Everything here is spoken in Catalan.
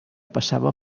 passava